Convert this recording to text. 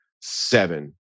seven